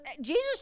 Jesus